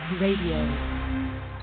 radio